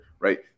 right